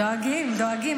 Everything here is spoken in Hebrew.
דואגים, דואגים.